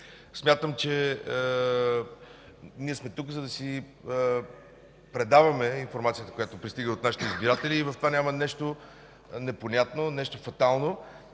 Смятам, че ние сме тук, за да си предаваме информацията, която пристига от нашите избиратели. В това няма нещо непонятно и фатално,